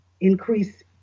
Increase